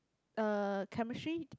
uh chemistry